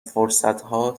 فرصتها